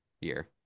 year